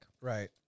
Right